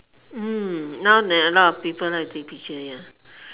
mm now that a lot of people like take picture ya